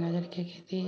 गाजरके खेती